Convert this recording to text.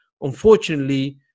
Unfortunately